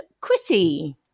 Chrissy